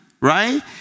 right